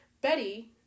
Betty